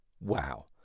Wow